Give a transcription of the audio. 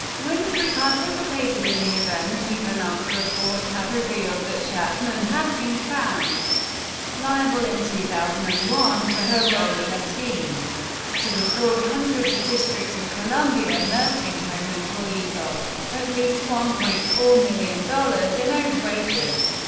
winfrey participated in the event even after reports had revealed that chatman had been found liable in two thousand and one for her role in a scheme to defraud hundreds of district of columbia nursing home employees of at least one point four million dollars in owed wages.